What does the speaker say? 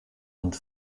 und